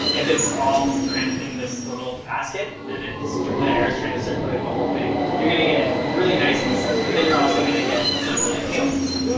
if it's all cramped in this little basket and sort of the air is trying to circulate the whole thing, you're gonna get really nice pieces, but then you're also gonna get some really pale pieces. yeah